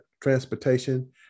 transportation